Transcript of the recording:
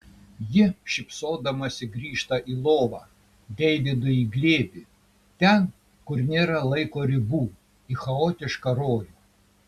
ji šypsodamasi grįžta į lovą deividui į glėbį ten kur nėra laiko ribų į chaotišką rojų